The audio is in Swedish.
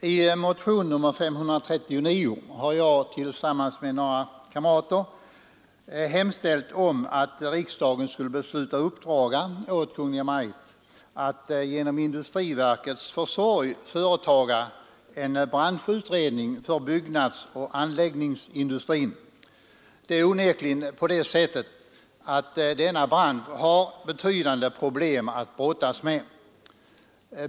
Herr talman! I motionen 539 har jag tillsammans med några kamrater hemställt att riksdagen skulle besluta uppdra åt Kungl. Maj:t att genom industriverkets försorg företa en branschutredning för byggnadsoch anläggningsindustrin. Det är onekligen på det sättet att denna bransch har betydande problem att brottas med.